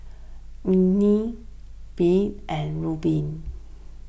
Emely Beth and Reubin